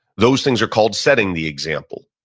those things are called setting the example.